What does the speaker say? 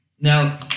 Now